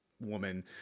woman